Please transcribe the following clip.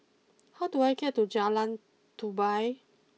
how do I get to Jalan Tupai